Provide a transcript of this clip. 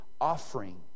offering